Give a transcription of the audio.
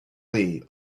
lee